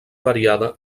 variada